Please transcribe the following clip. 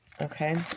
Okay